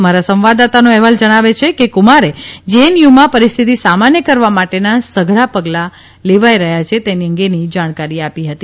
અમારા સંવાદદાતાનો અહેવાલ જણાવે છે કે કુમારે જેએનયુમાં પરિસ્થિતિ સામાન્ય કરવા માટેના સઘળા પગલાં લેવાઇ રહ્યાં છે તે અંગેની જાણકારી આપી હતી